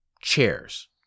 chairs